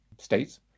states